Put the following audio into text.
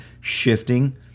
shifting